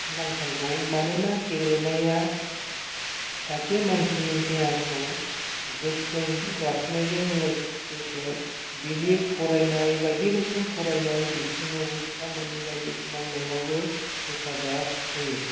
नांथारगौ मानोना गेलेनाया सासे मानसिनि देहाखौ गोख्रों लाखिनायजों लोगोसे बिनि फरायनाय बायदि रोखोम फरायनाय बिथिङावबो खामानि बायदि मावनायावबो हेफाजाब होयो